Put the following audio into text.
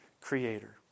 creator